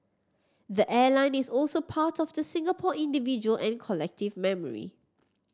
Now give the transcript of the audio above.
the airline is also part of the Singapore individual and collective memory